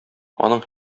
аның